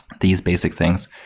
these basic things.